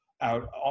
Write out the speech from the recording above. out